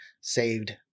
saved